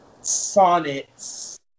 sonnets